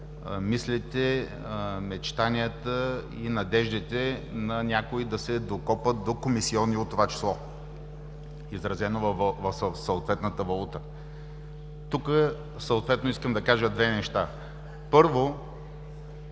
мислите, мечтанията и надеждите на някои да се докопат до комисиони от това число, изразено в съответната валута. Тук съответно искам да кажа две неща. Първо,